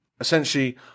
essentially